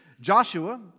Joshua